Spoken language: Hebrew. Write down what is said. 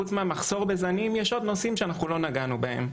חוץ מהמחסור בזנים, יש עוד נושאים שלא נגענו בהם.